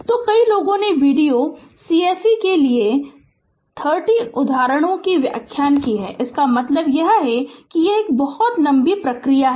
तो कई लोगों ने वीडियो c se के लिए 30 उदाहरणों की व्याख्या की है इसका मतलब यह है कि यह बहुत लंबी प्रक्रिया है